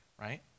Right